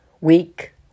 week